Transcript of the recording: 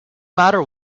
matter